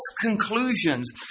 conclusions